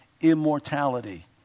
immortality